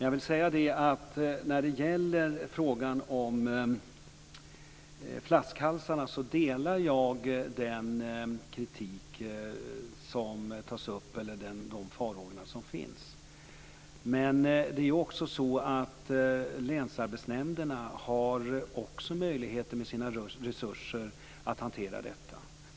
Jag vill säga att när det gäller frågan om flaskhalsarna delar jag den kritik som tas upp, eller de farhågor som finns. Men det är också så att länsarbetsnämnderna med sina resurser har möjligheter att hantera detta.